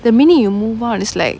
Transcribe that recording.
the minute you move out it's like